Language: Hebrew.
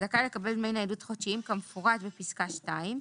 זכאי לקבל דמי ניידות חודשיים כמפורט בפסקה (2),